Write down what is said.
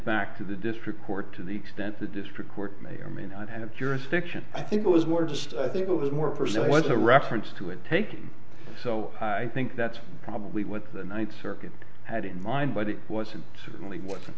back to the district court to the extent the district court may or may not have jurisdiction i think it was more just i think it was more personal it was a reference to it taking so i think that's probably what the ninth circuit had in mind but it wasn't certainly wasn't